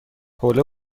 حوله